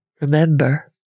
Remember